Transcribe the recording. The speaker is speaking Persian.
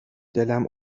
دلم